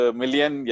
million